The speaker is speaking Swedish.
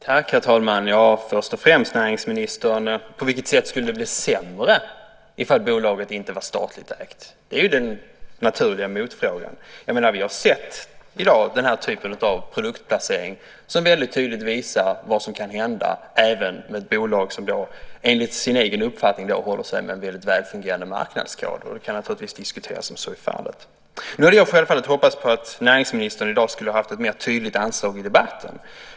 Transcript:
Herr talman! Först och främst, näringsministern: På vilket sätt skulle det bli sämre ifall bolaget inte var statligt ägt? Det är ju den naturliga motfrågan. Vi har i dag sett den här typen av produktplacering som väldigt tydligt visar vad som kan hända även med ett bolag som enligt sin egen uppfattning håller sig med en väldigt väl fungerande marknadskod. Det kan naturligtvis diskuteras om så är fallet. Jag hade självfallet hoppats på att näringsministern i dag skulle haft ett mer tydligt anslag i debatten.